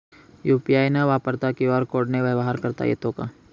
UPI न वापरता QR कोडने व्यवहार करता येतो का?